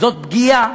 זאת פגיעה